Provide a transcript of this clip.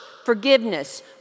forgiveness